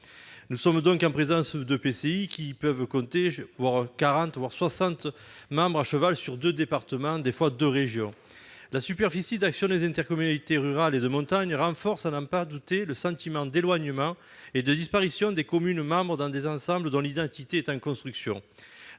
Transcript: Nous sommes donc en présence d'EPCI pouvant compter quarante, voire soixante communes membres, et à cheval sur deux départements, parfois même sur deux régions. Le périmètre d'action des intercommunalités rurales et de montagne renforce, à n'en pas douter, le sentiment d'éloignement et de disparition des communes membres dans des ensembles dont l'identité est en construction.